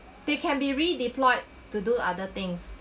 they can be re-deployed to do other things